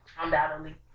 undoubtedly